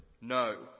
no